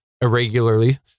irregularly